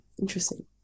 interesting